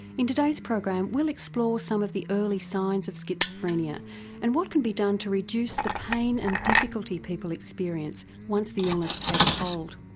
in today's program we'll explore some of the early signs of schizophrenia and what can be done to reduce the pain and difficulty people experience, once the illness takes hold.